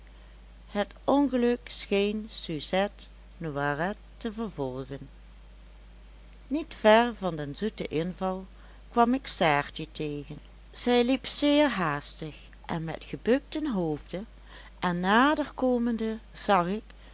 het ongeluk scheen suzette noiret te vervolgen niet ver van den zoeten inval kwam ik saartje tegen zij liep zeer haastig en met gebukten hoofde en naderkomende zag ik